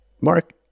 Mark